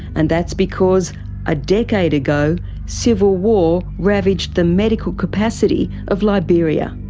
and that's because a decade ago civil war ravaged the medical capacity of liberia.